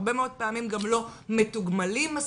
הרבה מאוד פעמים גם לא מתוגמלים מספיק.